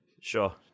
Sure